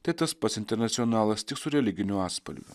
tai tas pats internacionalas tik su religiniu atspalviu